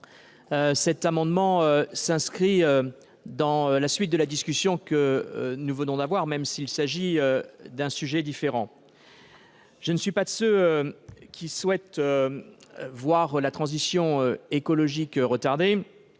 Cet amendement s'inscrit dans la suite de la discussion que nous venons d'avoir, même si le sujet est différent. Je ne suis pas de ceux qui souhaitent voir la transition écologique retardée,